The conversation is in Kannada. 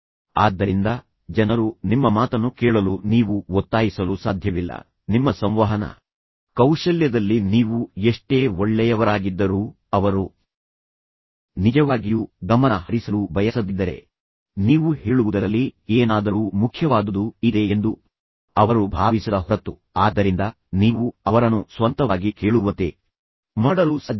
ಆದ್ದರಿಂದ ಜನರು ನಿಮ್ಮ ಮಾತನ್ನು ಕೇಳಲು ನೀವು ಒತ್ತಾಯಿಸಲು ಸಾಧ್ಯವಿಲ್ಲ ನಿಮ್ಮ ಸಂವಹನ ಕೌಶಲ್ಯದಲ್ಲಿ ನೀವು ಎಷ್ಟೇ ಒಳ್ಳೆಯವರಾಗಿದ್ದರೂ ಅವರು ನಿಜವಾಗಿಯೂ ಗಮನ ಹರಿಸಲು ಬಯಸದಿದ್ದರೆ ನೀವು ಹೇಳುವುದರಲ್ಲಿ ಏನಾದರೂ ಮುಖ್ಯವಾದುದು ಇದೆ ಎಂದು ಅವರು ಭಾವಿಸದ ಹೊರತು ಆದ್ದರಿಂದ ನೀವು ಅವರನ್ನು ಸ್ವಂತವಾಗಿ ಕೇಳುವಂತೆ ಮಾಡಲು ಸಾಧ್ಯವಿಲ್ಲ